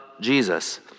Jesus